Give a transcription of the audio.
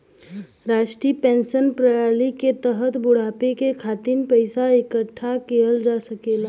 राष्ट्रीय पेंशन प्रणाली के तहत बुढ़ापे के खातिर पइसा इकठ्ठा किहल जा सकला